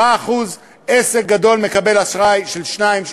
10%; עסק גדול מקבל אשראי ב-2%,